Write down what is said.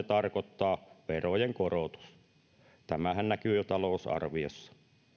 tarkoittaa verojenkorotus tämähän näkyy jo talousarviossa